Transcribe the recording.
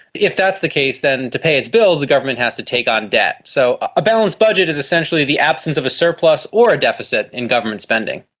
if that's the case then to pay its bills the government has to take on debt. so a balanced budget is essentially the absence of a surplus or a deficit in government spending.